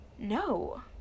no